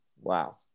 Wow